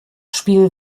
spiel